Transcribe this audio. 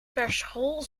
verschool